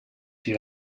die